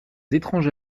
étranges